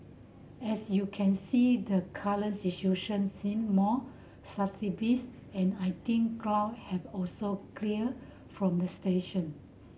as you can see the current situation seem more stabilised and I think claw have also clear from the station